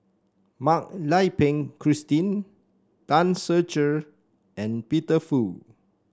Mak Lai Peng Christine Tan Ser Cher and Peter Fu